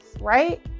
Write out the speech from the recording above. right